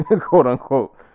quote-unquote